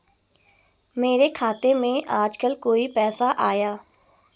मेरे खाते में आजकल कोई पैसा आया?